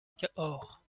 cahors